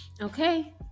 Okay